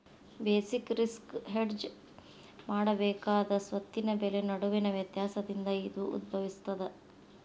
basic risk hedge ಮಾಡಬೇಕಾದ ಸ್ವತ್ತಿನ ಬೆಲೆ ನಡುವಿನ ವ್ಯತ್ಯಾಸದಿಂದ ಇದು ಉದ್ಭವಿಸ್ತದ